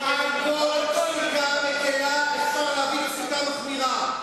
על כל פסיקה מקלה אפשר להביא פסיקה מחמירה.